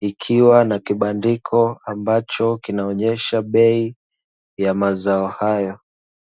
ikiwa na kibandiko ambacho kinaonyesha bei ya mazao hayo.